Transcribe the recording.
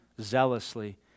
zealously